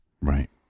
Right